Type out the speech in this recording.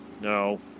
No